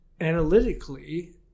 analytically